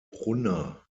brunner